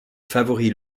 favori